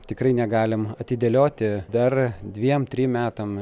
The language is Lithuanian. tikrai negalim atidėlioti dar dviem trim metam